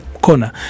corner